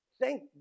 Thank